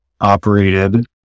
operated